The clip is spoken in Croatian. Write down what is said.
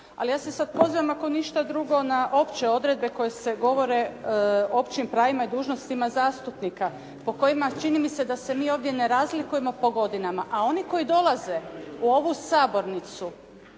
ali ja se sada pozivam ako ništa drugo na opće odredbe koje se govore o općim pravima i dužnostima zastupnika po kojima čini mi se da se mi ovdje ne razlikujemo po godinama. A oni koji dolaze u ovu sabornicu